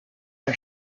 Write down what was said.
are